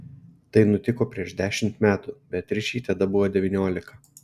tai nutiko prieš dešimt metų beatričei tada buvo devyniolika